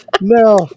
No